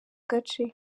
gace